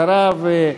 אחריו,